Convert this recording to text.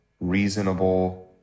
reasonable